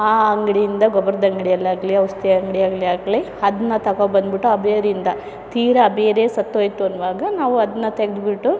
ಆ ಅಂಗಡಿಯಿಂದ ಗೊಬ್ಬರದಂಗಡಿಯಲ್ಲಾಗ್ಲಿ ಔಷ್ಧಿ ಅಂಗಡಿಯಲ್ಲಾಗಲಿ ಅದನ್ನ ತಗೋ ಬಂದ್ಬಿಟ್ಟು ಆ ಬೇರಿಂದ ತೀರಾ ಆ ಬೇರೇ ಸತ್ತೋಯಿತು ಅನ್ನುವಾಗ ನಾವು ಅದನ್ನ ತೆಗೆದ್ಬಿಟ್ಟು